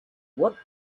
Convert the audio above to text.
what